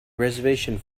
reservation